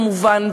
כמובן,